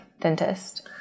dentist